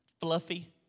fluffy